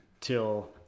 till